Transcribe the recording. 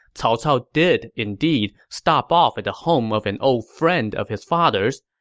cao cao did indeed stop off at the home of an old friend of his father's,